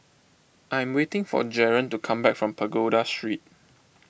I'm waiting for Jaren to come back from Pagoda Street